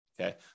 okay